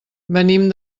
venim